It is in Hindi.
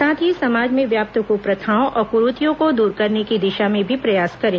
साथ ही समाज में व्याप्त कुप्रथाओं और कुरीतियों को दूर करने की दिषा में भी प्रयास करें